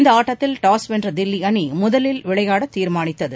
இந்த ஆட்டத்தில் டாஸ் வென்ற தில்லி அணி முதலில் விளையாட தீர்மானித்தது